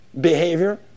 behavior